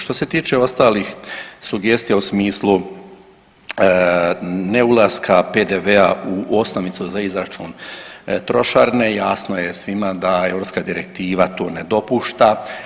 Što se tiče ostalih sugestija u smislu ne ulaska PDV-a u osnovicu za izračun trošarine jasno je svima da europska direktiva to ne dopušta.